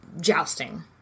jousting